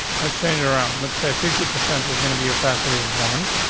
let's change around. let's say fifty percent is gonna be a passage of one.